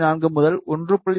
4 முதல் 1